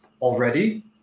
already –